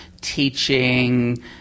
teaching